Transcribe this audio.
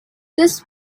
this